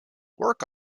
work